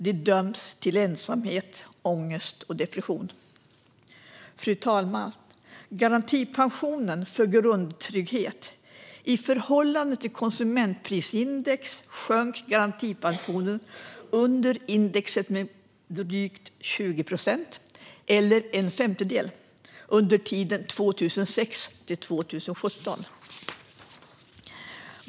De döms till ensamhet, ångest och depression. Fru talman! I förhållande till konsumentprisindex sjönk garantipensionen under indexet med drygt 20 procent eller en femtedel från 2006 till 2017.